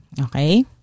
Okay